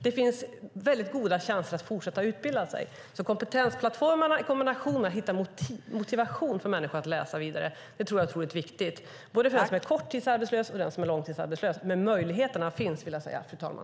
Det finns väldigt goda chanser att fortsätta utbilda sig. Kompetensplattformarna i kombination med att hitta motivation för människor att läsa vidare tror jag är otroligt viktigt både för den som är korttidsarbetslös och för den som är långtidsarbetslös. Möjligheterna finns, fru talman!